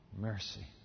Mercy